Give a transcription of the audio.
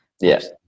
Yes